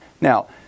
now